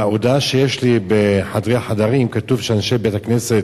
בהודעה שיש לי ב"בחדרי חרדים" כתוב שאנשי בית-הכנסת,